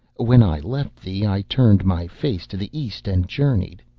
when i left thee i turned my face to the east and journeyed.